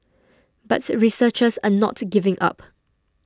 but researchers are not giving up